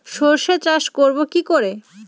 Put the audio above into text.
সর্ষে চাষ করব কি করে?